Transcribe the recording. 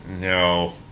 no